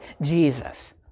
Jesus